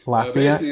Latvia